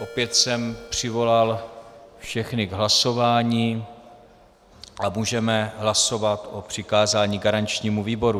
Opět jsem přivolal všechny k hlasování a můžeme hlasovat o přikázání garančnímu výboru.